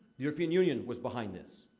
european union was behind this.